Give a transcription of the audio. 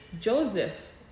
Joseph